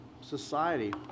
society